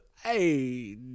Hey